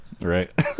Right